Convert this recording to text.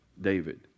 David